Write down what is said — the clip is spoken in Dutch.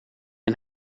een